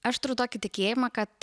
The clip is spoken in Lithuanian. aš turiu tokį tikėjimą kad